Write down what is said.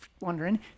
wondering